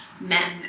men